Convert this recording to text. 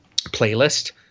playlist